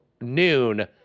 noon